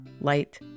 light